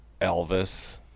Elvis